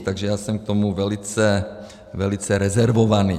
Takže já jsem k tomu velice, velice rezervovaný.